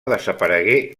desaparegué